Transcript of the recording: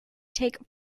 take